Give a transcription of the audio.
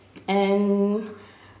and